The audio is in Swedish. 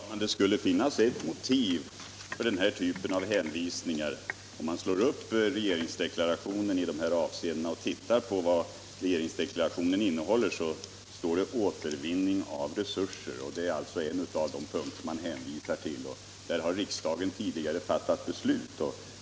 Herr talman! Det skulle finnas ett motiv för den här typen av hänvisningar. Om man slår upp regeringsdeklarationen och tittar på vad den innehåller i de här avseendena så står det exempelvis ”Återvinning av resurser —-—--". Det är en av de punkter man hänvisar till, och i den principfrågan har riksdagen tidigare tagit ställning.